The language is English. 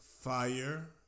Fire